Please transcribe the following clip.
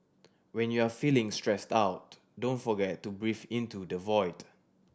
when you are feeling stressed out don't forget to breathe into the void